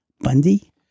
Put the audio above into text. Bundy